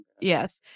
Yes